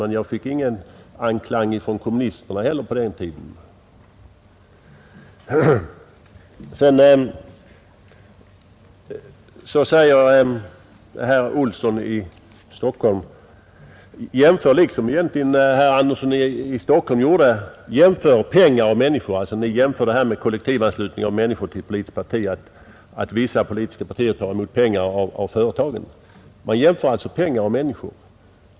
Men det väckte ingen anklang det heller hos kommunisterna. Stockholm — kollektivanslutningen med att vissa politiska partier tar emot pengar från företagen. Man jämför alltså pengar och människor!